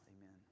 amen